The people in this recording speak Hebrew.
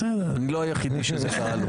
בסדר, אני לא היחיד שטעה.